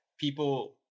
people